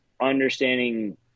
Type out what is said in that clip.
understanding